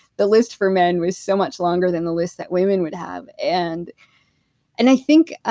the list for men was so much longer than the list that women would have. and and i think, ah